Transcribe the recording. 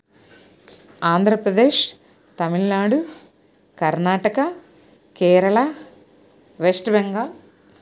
Andhra Pradesh Tamil Nadu Karnataka Kerala West Bengal